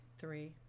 Three